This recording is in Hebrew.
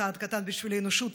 צעד קטן בשביל האנושות,